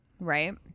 Right